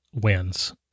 wins